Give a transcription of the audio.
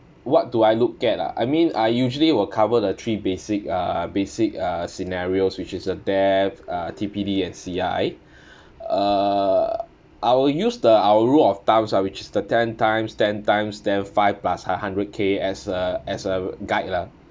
what do I look at ah I mean I usually will cover the three basic uh basic uh scenarios which is a death a T_P_D and C_I uh I will use the our rule of thumbs ah which is the ten times ten times then five plus a hundred k as a as a guide lah